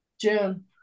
June